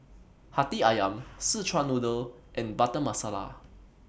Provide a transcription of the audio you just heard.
Hati Ayam Szechuan Noodle and Butter Masala